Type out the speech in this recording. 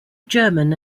german